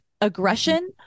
aggression